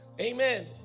Amen